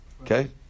Okay